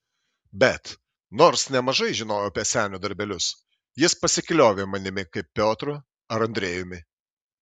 bet nors nemažai žinojau apie senio darbelius jis pasikliovė manimi kaip piotru ar andrejumi